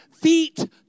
feet